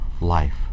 life